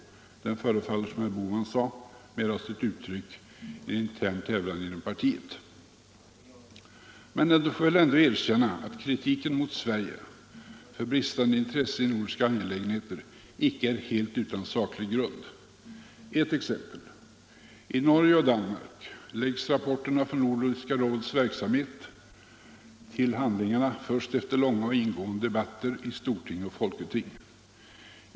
Den förefaller, som herr Bohman sade, mera ha sitt ursprung i intern tävlan inom partiet. Men vi bör ändå erkänna att kritiken mot Sverige för bristande intresse i nordiska angelägenheter icke är helt utan saklig grund. Ett exempel: I Norge och Danmark läggs rapporten från Nordiska rådets verksamhet till handlingarna först efter långa och ingående debatter i storting och folketing.